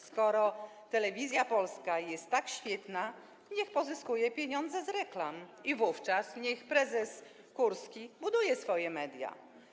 Skoro Telewizja Polska jest tak świetna, niech pozyskuje pieniądze z reklam i wówczas niech prezes Kurski buduje swoje media.